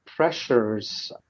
pressures